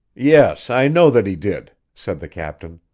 yes, i know that he did, said the captain.